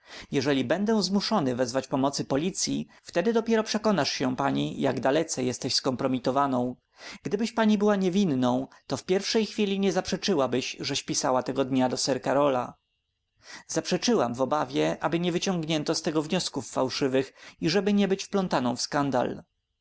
jeżeli będę zmuszony wezwać pomocy policyi wtedy dopiero przekonasz się pani jak dalece jesteś skompromitowaną gdybyś pani była niewinną to w pierwszej chwili nie zaprzeczyłabyś żeś pisała tego dnia do sir karola zaprzeczyłam w obawie aby nie wyciągnięto z tego wniosków fałszywych i żeby nie być wplątaną w skandal